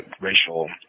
racial